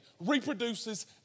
reproduces